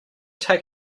take